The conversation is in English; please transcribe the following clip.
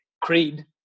creed